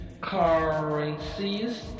currencies